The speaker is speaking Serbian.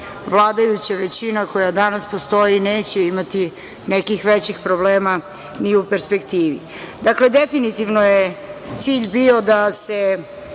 vladajuća većina koja danas postoji neće imati nekih većih problema ni u perspektivi. Dakle, definitivno je cilj bio da se